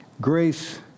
Grace